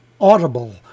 Audible